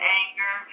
anger